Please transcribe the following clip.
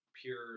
pure